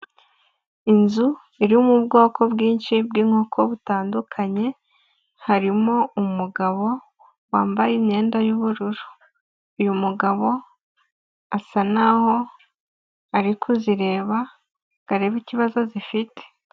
Inzu irimo ubwoko bwinshi bw'inkoko butandukanye, harimo umugabo wambaye imyenda y'ubururu, uyu mugabo asa n'aho arikuzireba ngo arebe ikibazo zifite.